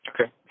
Okay